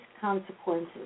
consequences